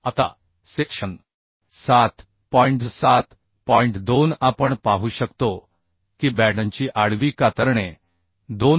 आता clause 7 point point 2 आपण पाहू शकतो की बॅटनची आडवी शियर 2